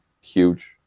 huge